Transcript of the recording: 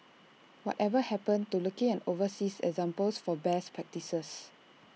whatever happened to looking at overseas examples for best practices